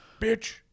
Bitch